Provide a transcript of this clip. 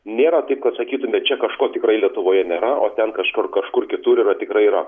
nėra taip kad sakytume čia kažko tikrai lietuvoje nėra o ten kažkur kažkur kitur yra tikrai yra